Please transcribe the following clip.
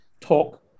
talk